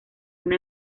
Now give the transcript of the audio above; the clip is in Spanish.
una